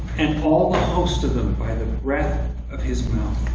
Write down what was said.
and all host of them by the breath of his mouth.